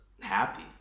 happy